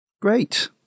Great